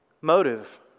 Motive